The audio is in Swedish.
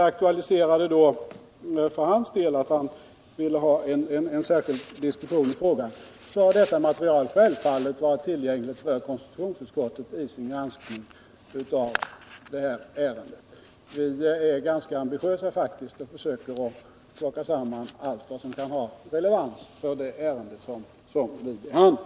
Vad beträffar det material som C.-H. Hermansson säger att jag aktualiserade har det självfallet varit tillgängligt för KU:s granskning av ärendet. Vi är faktiskt ganska ambitiösa och försöker plocka samman allt som kan ha relevans för det ärende vi behandlar.